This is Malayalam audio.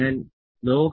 അതിനാൽ L